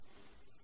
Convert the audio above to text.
വിദ്യാർത്ഥി അതെ